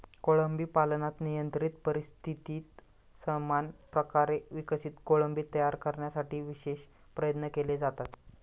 कोळंबी पालनात नियंत्रित परिस्थितीत समान प्रकारे विकसित कोळंबी तयार करण्यासाठी विशेष प्रयत्न केले जातात